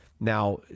Now